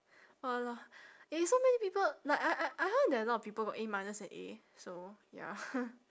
!wala~! eh so many people like I I I heard that a lot of people got A minus and A so ya